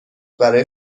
برای